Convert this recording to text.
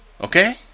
Okay